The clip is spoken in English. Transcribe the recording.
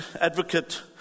advocate